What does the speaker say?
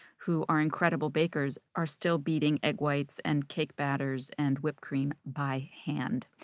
who are incredible bakers, are still beating egg whites, and cake batters, and whipped cream by hand.